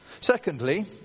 Secondly